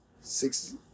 six